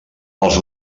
els